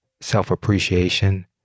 self-appreciation